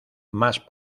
más